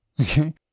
Okay